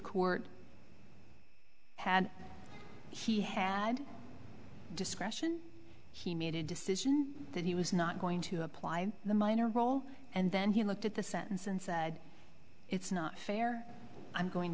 court had he had discretion he made a decision that he was not going to apply the minor role and then he looked at the sentence and said it's not fair i'm going